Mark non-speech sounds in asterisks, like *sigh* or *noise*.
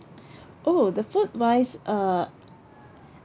*breath* oh the food wise uh